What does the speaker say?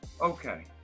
Okay